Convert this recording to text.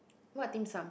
what dimsum